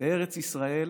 בארץ ישראל